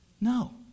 No